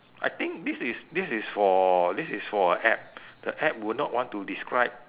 I think this is this is for this is for app the app would not want to describe